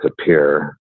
appear